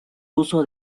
uso